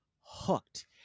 hooked